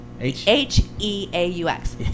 H-E-A-U-X